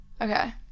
okay